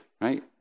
Right